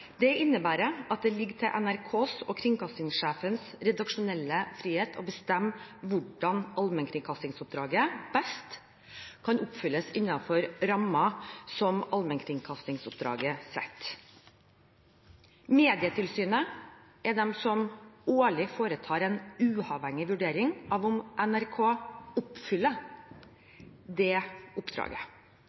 Det innebærer at det ligger til NRK og kringkastingssjefens redaksjonelle frihet å bestemme hvordan allmennkringkastingsoppdraget best kan oppfylles innenfor rammer som allmennkringkastingsoppdraget setter. Medietilsynet foretar en årlig uavhengig vurdering av om NRK oppfyller det oppdraget.